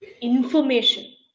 information